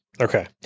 Okay